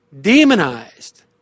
demonized